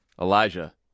elijah